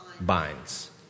Binds